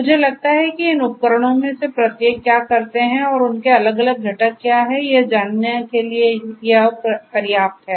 मुझे लगता है कि इन उपकरणों में से प्रत्येक क्या करते हैं और उनके अलग अलग घटक क्या हैं यह जानने के लिए यह पर्याप्त है